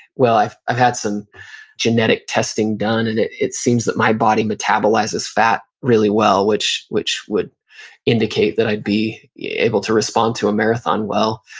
well i've i've had some genetic testing done and it it seems that my body metabolizes fat really well, which which would indicate that i'd be able to respond to a marathon well.